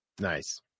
Nice